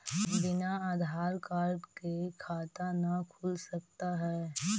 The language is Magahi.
बिना आधार कार्ड के खाता न खुल सकता है?